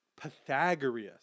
pythagoras